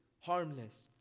harmless